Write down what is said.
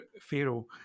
Pharaoh